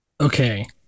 Okay